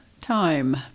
Time